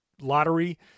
lottery